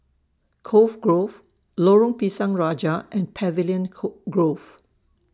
Cove Grove Lorong Pisang Raja and Pavilion Coal Grove